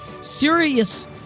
serious